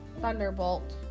Thunderbolt